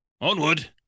Onward